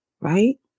right